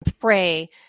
pray